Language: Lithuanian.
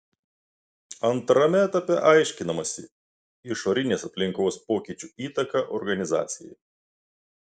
antrame etape aiškinamasi išorinės aplinkos pokyčių įtaka organizacijai